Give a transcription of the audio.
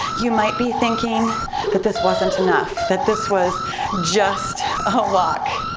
you might be thinking that this wasn't enough, that this was just a walk.